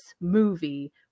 movie